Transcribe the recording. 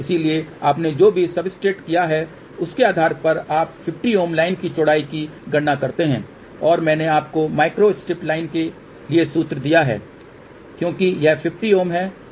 इसलिए आपने जो भी सब्सट्रेट किया है उसके आधार पर आप 50 Ω लाइन की चौड़ाई की गणना करते हैं और मैंने आपको माइक्रो स्ट्रिप लाइन के लिए सूत्र दिया है क्योंकि यह 50 Ω है